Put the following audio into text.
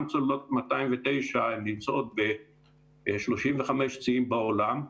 צוללות 209 נמצאות ב-35 ציים בעולם,